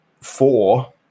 four